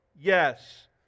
yes